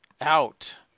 out